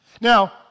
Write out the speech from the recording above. Now